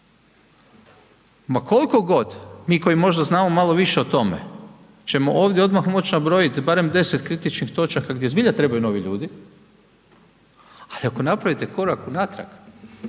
Ma koliko god, mi koji možda znamo malo više o tome ćemo ovdje odmah moći nabrojiti barem 10 kritičnih točaka gdje zbilja trebaju novih ljudi, ali ako napravite korak unatrag,